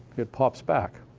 it pops back.